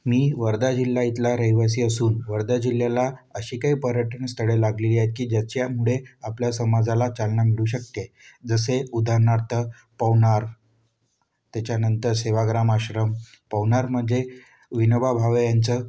मी वर्धा जिल्हा इथला रहिवासी असून वर्धा जिल्ह्याला अशी काही पर्यटन स्थळे लाभलेली आहेत की ज्याच्यामुळे आपल्या समाजाला चालना मिळू शकते जसे उदाहरणार्थ पवनार त्याच्यानंतर सेवाग्राम आश्रम पवनार म्हणजे विनोबा भावे यांचं